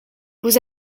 vous